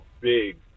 big